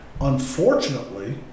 Unfortunately